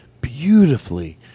beautifully